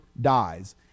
dies